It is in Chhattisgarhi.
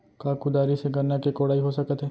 का कुदारी से गन्ना के कोड़ाई हो सकत हे?